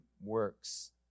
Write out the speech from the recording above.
works